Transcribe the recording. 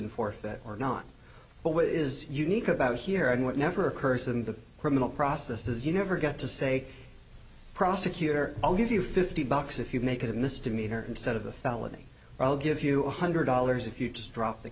and forth that or not but what is unique about here and what never occurs in the criminal process is you never get to say prosecutor i'll give you fifty bucks if you make it a misdemeanor instead of a felony i'll give you one hundred dollars if you just drop the